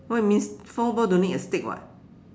what you mean floorball don't need a stick [what]